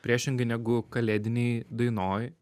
priešingai negu kalėdinėj dainoj